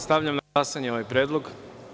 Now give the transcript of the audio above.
Stavljam na glasanje ovaj predlog.